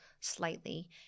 slightly